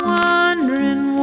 wondering